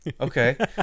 Okay